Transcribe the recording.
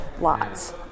lots